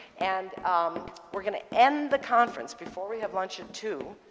and um we're going to end the conference before we have lunch at two